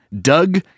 Doug